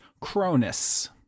Cronus